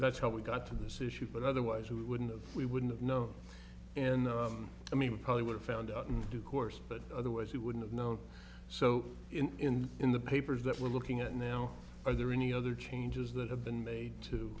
that's how we got to this issue but otherwise he wouldn't of we wouldn't have known and i mean we probably would have found out in due course but otherwise he wouldn't have known so in in the papers that we're looking at now are there any other changes that have been made to